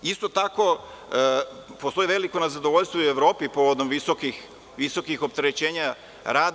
Isto tako, postoji veliko nezadovoljstvo u Evropi povodom visokih opterećenja rada.